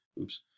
oops